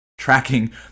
tracking